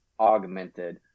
augmented